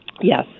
Yes